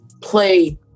play